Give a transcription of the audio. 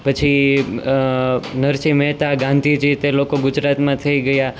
પછી નરસિંહ મહેતા ગાંધીજી તે લોકો ગુજરાતમાં થઈ ગયા